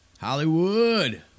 Hollywood